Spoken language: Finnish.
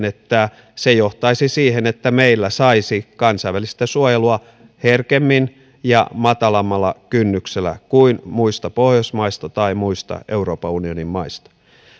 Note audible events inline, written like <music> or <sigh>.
<unintelligible> että se johtaisi siihen että meillä saisi kansainvälistä suojelua herkemmin ja matalammalla kynnyksellä kuin muista pohjoismaista tai muista euroopan unionin maista